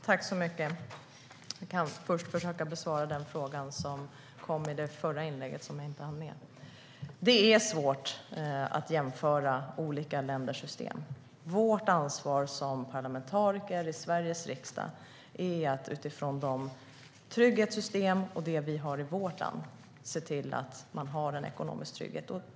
Herr talman! Jag ska först försöka besvara frågan från det förra inlägget som jag inte hann med. Det är svårt att jämföra olika länders system. Vårt ansvar som parlamentariker i Sveriges riksdag är att utifrån de trygghetssystem som finns i vårt land se till att det ges en ekonomisk trygghet.